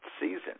season